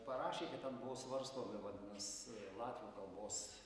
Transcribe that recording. parašė kad ten buvo svarstomi vadinas latvių kalbos